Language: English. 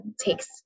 takes